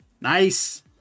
Nice